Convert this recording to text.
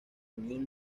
unión